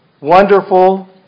wonderful